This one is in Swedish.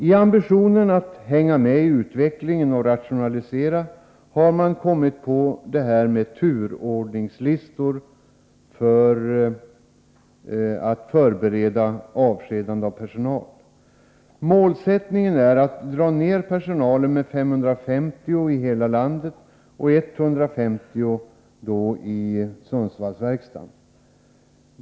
I ambitionen att ”hänga med i utvecklingen” och rationalisera har man kommit på detta med turordningslistor, för att förbereda avskedande av personal. Målsättningen är att dra ner personalen med 550 personer i hela landet och 150 vid Sundsvallsverkstaden.